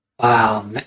Wow